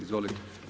Izvolite.